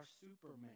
Superman